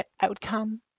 outcome